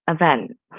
event